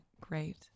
great